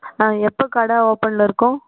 ஆ எப்போ கடை ஓபனில் இருக்கும்